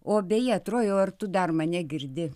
o beje trojau ar tu dar mane girdi